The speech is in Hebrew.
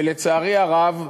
ולצערי הרב,